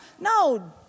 No